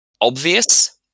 obvious